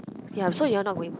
yea so you all not going